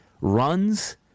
runs